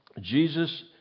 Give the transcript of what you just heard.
Jesus